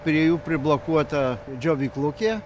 prie jų priblokuota džiovyklukė